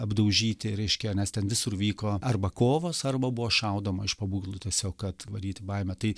apdaužyti reiškia nes ten visur vyko arba kovos arba buvo šaudoma iš pabūklų tiesiog kad varyti baimę tai